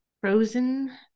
Frozen